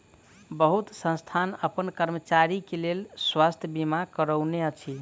बहुत संस्थान अपन कर्मचारी के लेल स्वास्थ बीमा करौने अछि